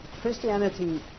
Christianity